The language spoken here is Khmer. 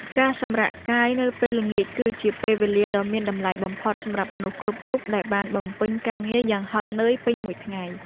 ការសម្រាកកាយនៅពេលល្ងាចគឺជាពេលវេលាដ៏មានតម្លៃបំផុតសម្រាប់មនុស្សគ្រប់រូបដែលបានបំពេញការងារយ៉ាងហត់នឿយពេញមួយថ្ងៃ។